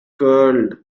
curled